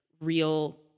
real